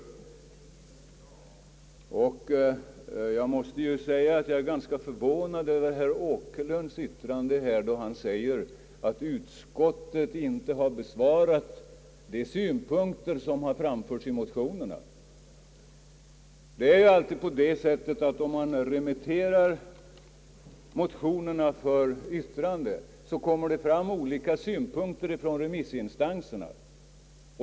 Jag måste vidare säga att jag är ganska förvånad över herr Åkerlunds yttrande här, då han säger att utskottet inte har besvarat de synpunkter som har framförts i motionerna. Det förhåller sig på det sättet, att om man remit terar motioner för yttrande så kommer det fram olika synpunkter från remissinstanserna.